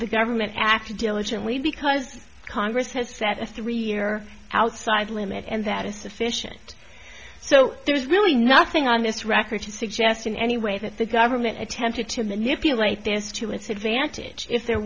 the government after diligently because congress has set a three year outside limit and that is sufficient so there's really nothing on this record to suggest in any way that the government attempted to manipulate this to its advantage if there